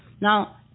now